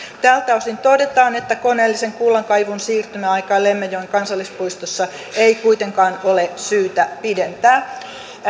tältä osin todetaan että koneellisen kullankaivuun siirtymäaikaa lemmenjoen kansallispuistossa ei kuitenkaan ole syytä pidentää